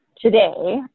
today